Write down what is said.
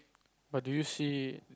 but do you see